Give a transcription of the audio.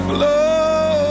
Flow